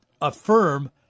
affirm